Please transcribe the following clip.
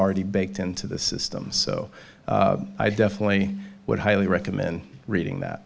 already baked into the system so i definitely would highly recommend reading that